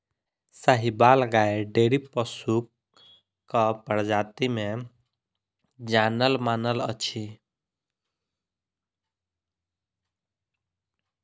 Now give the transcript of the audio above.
साहिबाल गाय डेयरी पशुक प्रजाति मे जानल मानल अछि